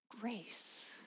Grace